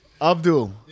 Abdul